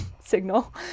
signal